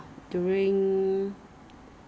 big bottles ah how big ah